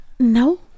No